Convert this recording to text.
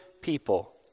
people